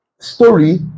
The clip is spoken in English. story